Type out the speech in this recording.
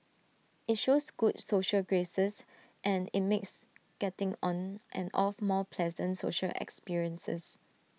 IT shows good social graces and IT makes getting on and off more pleasant social experiences